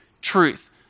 truth